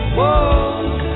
Whoa